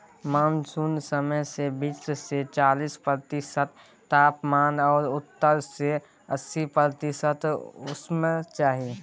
monsoon समय मे बीस सँ चालीस प्रतिशत तापमान आ सत्तर सँ अस्सी प्रतिशत उम्मस चाही